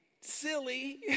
silly